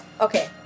Okay